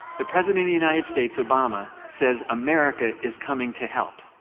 the president of the united states, obama, says america is coming to help.